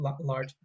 large